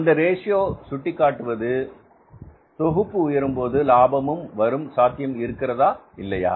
இந்த ரேஷியோ சுட்டிக்காட்டுவது தொகுப்பு உயரும்போது லாபமும் உயரும் சாத்தியம் இருக்கிறதா இல்லையா